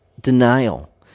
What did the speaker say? denial